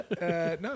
No